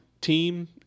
team